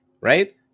right